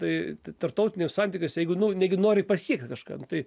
tai tarptautiniuose santykiuose jeigu nu negi nori pasiekt kažką nu tai